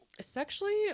Sexually